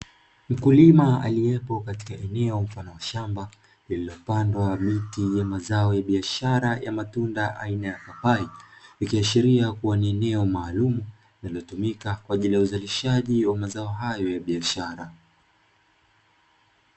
Mkulima aliyepo katika eneo mfano wa shamba, lililopandwa miti ya mazao ya biashara ya matunda aina ya papai, ikiashiria kuwa ni eneo maalumu, linalotumika kwa ajili ya uzalishaji wa mazao hayo ya biashara.